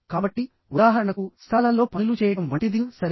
కాబట్టి ఉదాహరణకు సకాలంలో పనులు చేయడం వంటిదిసరే